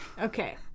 Okay